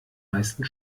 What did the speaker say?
meisten